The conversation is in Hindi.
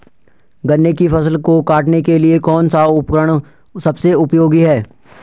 गन्ने की फसल को काटने के लिए कौन सा उपकरण सबसे उपयोगी है?